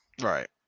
Right